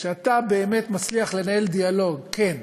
כשאתה באמת מצליח לנהל דיאלוג כן,